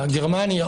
גרמניה,